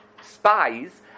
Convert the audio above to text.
spies